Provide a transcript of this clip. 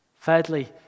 Thirdly